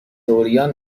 عریان